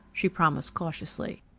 she promised cautiously.